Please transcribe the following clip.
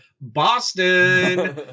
Boston